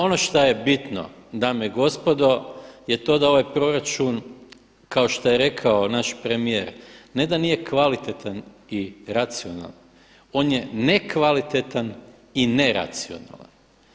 Ono što je bitno, dame i gospodo, je to da ovaj proračun kao što je rekao naš premijer, ne da nije kvalitetan i racionalan, on je nekvalitetan i neracionalan.